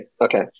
Okay